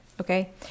okay